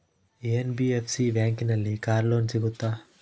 NBFC ಬ್ಯಾಂಕಿನಲ್ಲಿ car loan ಸಿಗುತ್ತಾ?